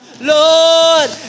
Lord